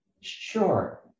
Sure